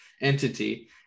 entity